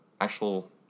actual